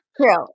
True